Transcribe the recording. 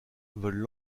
veulent